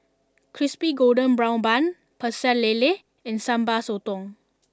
Crispy Golden Brown Bun Pecel Lele and Sambal Sotong